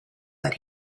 that